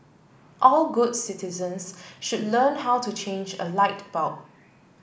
all good citizens should learn how to change a light bulb